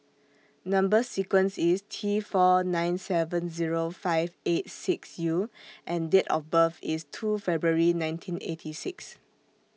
Number sequence IS T four nine seven Zero five eight six U and Date of birth IS two February nineteen eighty six